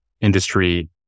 industry